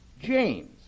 James